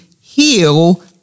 heal